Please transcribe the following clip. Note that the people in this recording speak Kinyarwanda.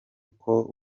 nako